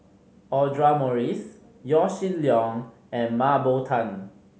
Audra Morrice Yaw Shin Leong and Mah Bow Tan